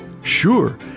Sure